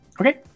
Okay